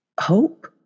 hope